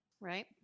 right